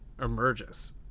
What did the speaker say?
Emerges